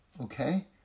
okay